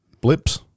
Blips